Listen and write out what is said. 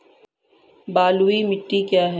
बलुई मिट्टी क्या है?